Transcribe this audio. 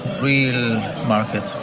real market.